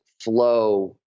flow